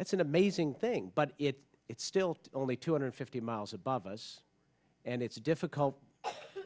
that's an amazing thing but it it's still only two hundred fifty miles above us and it's difficult